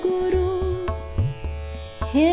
Guru